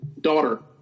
daughter